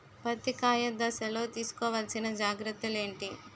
పత్తి కాయ దశ లొ తీసుకోవల్సిన జాగ్రత్తలు ఏంటి?